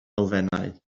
elfennau